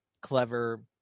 clever